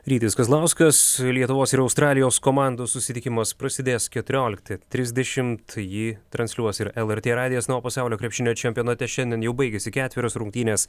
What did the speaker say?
rytis kazlauskas lietuvos ir australijos komandų susitikimas prasidės keturioliktą trisdešim jį transliuos ir lrt radijas na o pasaulio krepšinio čempionate šiandien jau baigėsi ketverios rungtynės